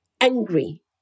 angry